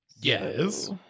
Yes